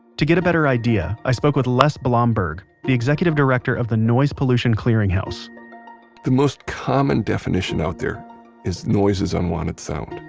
to get a better idea, i spoke with les blomberg, the executive director of the noise pollution clearinghouse the most common definition out there is, noise is unwanted sound,